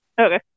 Okay